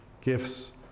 gifts